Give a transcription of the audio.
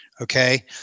Okay